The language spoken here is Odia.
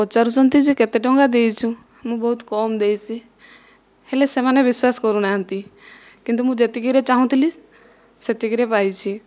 ପଚାରୁଛନ୍ତି ଯେ କେତେ ଟଙ୍କା ଦେଇଛୁ ମୁଁ ବହୁତ କମ୍ ଦେଇଛି ହେଲେ ସେମାନେ ବିଶ୍ଵାସ କରୁନାହାନ୍ତି କିନ୍ତୁ ମୁଁ ଯେତିକିରେ ଚାହୁଁଥିଲି ସେତିକିରେ ପାଇଛି